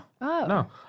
No